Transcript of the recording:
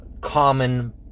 common